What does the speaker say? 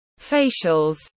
facials